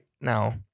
now